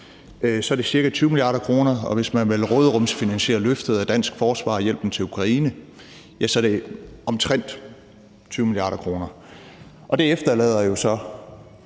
så koster det ca. 20 mia. kr. Og hvis man vil råderumsfinansiere løftet af dansk forsvar og hjælpen til Ukraine, koster det omtrent 20 mia. kr.. Jeg tror også,